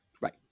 Right